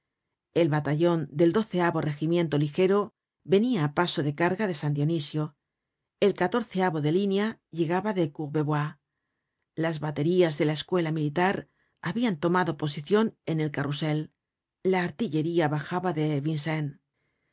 un batallon del regimiento ligero venia á paso de carga de san dionisio el de línea llegaba de courbevoie las baterías de la escuela militar habian tomado posicion en el carrousel la artillería bajaba de